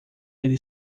ele